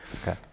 Okay